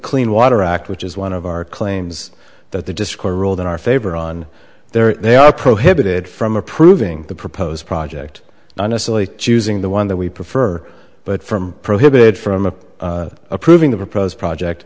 clean water act which is one of our claims that the disc or rolled in our favor on there they are prohibited from approving the proposed project honestly choosing the one that we prefer but from prohibited from approving the proposed